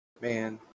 Man